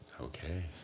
Okay